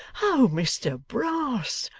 oh, mr brass,